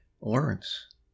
Lawrence